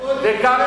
טדי קולק,